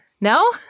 No